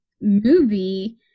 movie